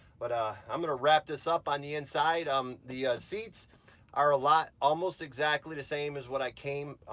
but i'm gonna wrap this up on the inside. um the seats are a lot, almost exactly the same as what i came